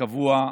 הקבוע בחוק.